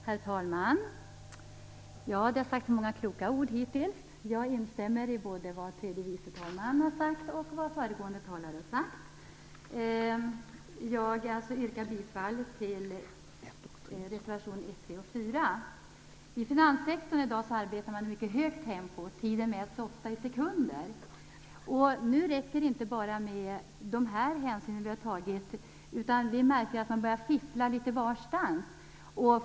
Herr talman! Det har sagts många kloka ord hittills. Jag instämmer i både vad tredje vice talmannen har sagt och vad föregående talare har sagt och yrkar bifall till reservationerna 1, 2 och 4. I finanssektorn arbetar man i dag i ett mycket högt tempo. Tiden mäts ofta i sekunder. Nu räcker det inte med de hänsyn vi hittills har tagit, utan vi märker att man börjar fiffla litet varstans.